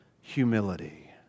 humility